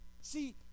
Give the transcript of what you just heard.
See